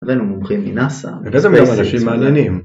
‫הבאנו מומחים מנאס"א... ‫-איזה מהם אנשים מעניינים?